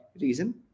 reason